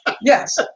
Yes